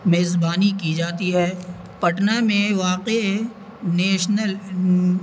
میزبانی کی جاتی ہے پٹنہ میں واقع نیشنل